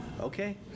Okay